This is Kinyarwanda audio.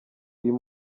uyu